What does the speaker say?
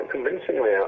Convincingly